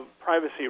privacy